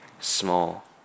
small